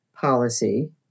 policy